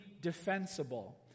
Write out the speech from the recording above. defensible